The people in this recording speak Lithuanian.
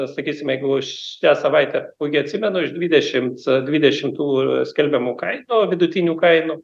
sakysim jeigu šią savaitę puikiai atsimenu iš dvidešimt dvidešimt tų skelbiamų kainų vidutinių kainų